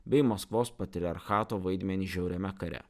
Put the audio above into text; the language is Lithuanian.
bei maskvos patriarchato vaidmenį žiauriame kare